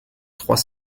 trois